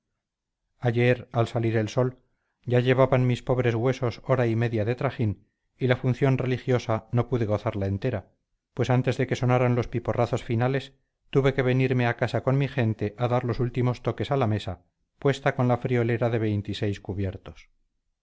ayer al salir el sol ya llevaban mis pobres huesos hora y media de trajín y la función religiosa no pude gozarla entera pues antes de que sonaran los piporrazos finales tuve que venirme a casa con mi gente a dar los últimos toques a la mesa puesta con la friolera de veintiséis cubiertos